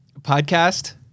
Podcast